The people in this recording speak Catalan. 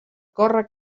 córrer